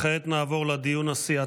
כעת נעבור לדיון הסיעתי.